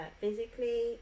physically